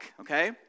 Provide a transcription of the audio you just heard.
okay